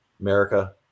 America